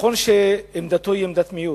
נכון שעמדתו היא עמדת מיעוט,